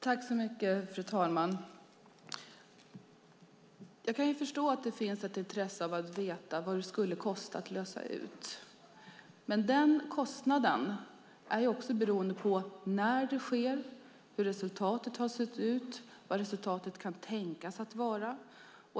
Fru talman! Jag kan förstå att det finns ett intresse för att veta vad det skulle kosta att lösa ut optionen. Men den kostnaden är också beroende av när det sker, hur resultatet har sett ut och vad resultatet kan tänkas vara.